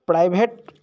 private